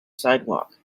sidewalk